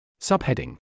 Subheading